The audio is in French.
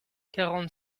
quarante